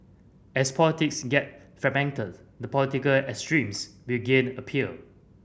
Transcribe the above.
as politics get fragmented the political extremes will gain appeal